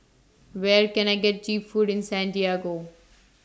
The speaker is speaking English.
Where Can I get Cheap Food in Santiago